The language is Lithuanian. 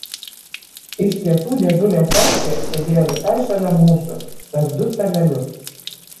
iš tiesų dėdulė chorchė sėdėjo visai šalia mūsų per du stalelius